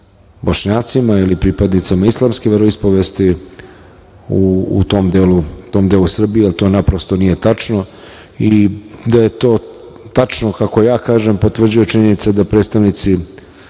Bošnjacima ili pripadnicima islamske veroispovesti u tom delu Srbije, jer to na prosto nije tačno. Da je to tačno, kako ja kažem, potvrđuje činjenica da predstavnici